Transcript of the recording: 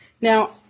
Now